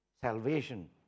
Salvation